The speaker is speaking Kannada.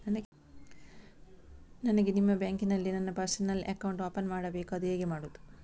ನನಗೆ ನಿಮ್ಮ ಬ್ಯಾಂಕಿನಲ್ಲಿ ನನ್ನ ಪರ್ಸನಲ್ ಅಕೌಂಟ್ ಓಪನ್ ಮಾಡಬೇಕು ಅದು ಹೇಗೆ ಮಾಡುವುದು?